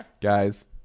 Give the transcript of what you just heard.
guys